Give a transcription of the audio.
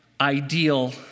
ideal